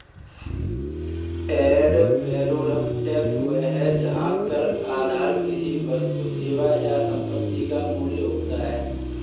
add valorem tax वह है जहां कर आधार किसी वस्तु, सेवा या संपत्ति का मूल्य होता है